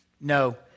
No